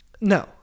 No